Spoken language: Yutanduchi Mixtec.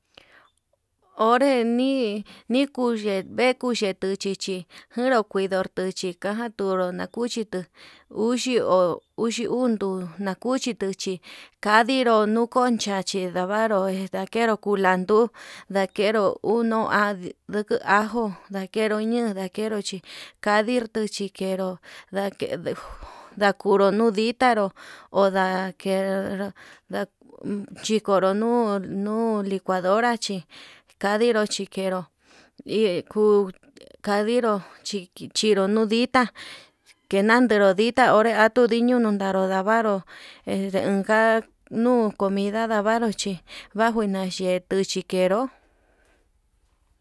Onre nii nikuye nikuye nekuu chichi jendu kuidu nikaja tunru nakuchitu, uxi ho uxi uu ndun kuchi tuchi kanditu nukon choncha chí, ndavru ndakeru kulandu nduu ndakeru uun nuu ha nduku ajo ndakenru ñoo, dakenro chí kandir tichi kenru ndake ndakuru no'o ditá nró ndake chikunu nu nu licuadora, chi kadiro chikenro hi kuu kadiro chinruu no'o ditá kenanderu ditá onre ñuu diño, nundaru ndavaru este nunka nuu comida ndavaru chí baju nayetuu xhikenro.